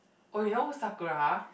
oh you know who's Sakura